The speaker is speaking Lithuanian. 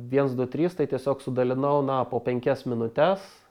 viens du trys tai tiesiog sudalinau na po penkias minutes